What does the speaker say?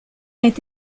est